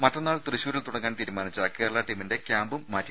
മറ്റ ന്നാൾ തൃശൂരിൽ തുടങ്ങാൻ തീരുമാനിച്ച കേരള ടീമിന്റെ ക്യാമ്പും മാറ്റിയി ട്ടുണ്ട്